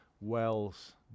wells